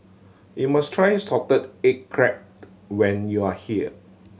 you must try salted egg crab when you are here